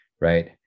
right